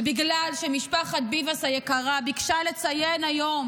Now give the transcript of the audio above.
ובגלל שמשפחת ביבס היקרה ביקשה לציין היום